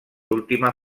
última